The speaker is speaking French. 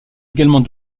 également